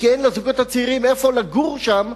כי אין לזוגות הצעירים איפה לגור שם,